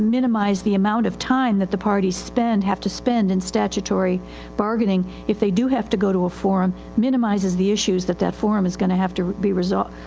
minimize the amount of time that the parties spend, have to spend in statutory bargaining, if they do have to go to a forum. it minimizes the issues that that forum is going to have to be resolved,